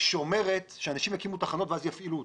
שאומרת שאנשים יקימו תחנות ואז יפעילו אותן.